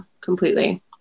completely